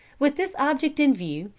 with this object in view,